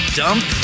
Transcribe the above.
dump